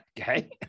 okay